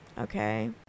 Okay